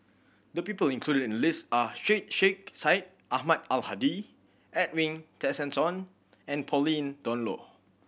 the people included in the list are Syed Sheikh Syed Ahmad Al Hadi Edwin Tessensohn and Pauline Dawn Loh